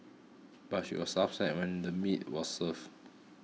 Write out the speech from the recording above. but she was upset when the meat was served